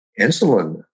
insulin